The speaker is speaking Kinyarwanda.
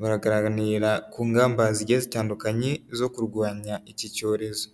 baraganira ku ngamba zigiye zitandukanye, zo kurwanya iki cyorezo.